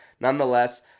nonetheless